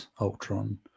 Ultron